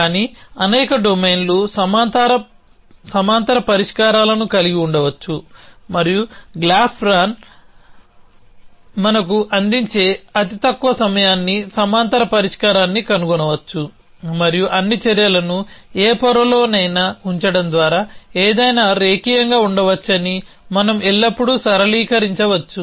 కానీ అనేక డొమైన్లు సమాంతర పరిష్కారాలను కలిగి ఉండవచ్చు మరియు గ్రాఫ్ ప్లాన్ మనకు అందించే అతి తక్కువ సమయాన్ని సమాంతర పరిష్కారాన్ని కనుగొనవచ్చు మరియు అన్ని చర్యలను ఏ పొరలోనైనా ఉంచడం ద్వారా ఏదైనా రేఖీయంగా ఉండవచ్చని మనం ఎల్లప్పుడూ సరళీకరించవచ్చు